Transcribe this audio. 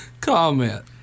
comment